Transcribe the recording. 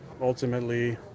ultimately